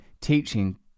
teaching